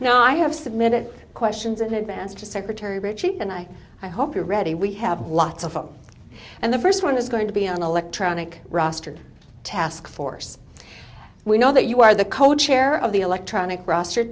now i have submitted questions in advance to secretary ridge and i i hope you're ready we have lots of fun and the first one is going to be on electronic rostered task force we know that you are the co chair of the electronic roster